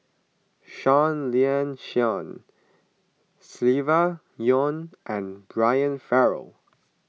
Seah Liang Seah Silvia Yong and Brian Farrell